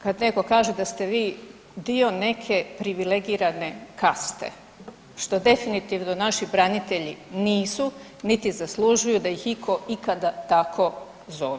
Kad netko kaže da ste vi dio neke privilegirane kaste što definitivno naši branitelji nisu, niti zaslužuju da ih itko ikada tako zove.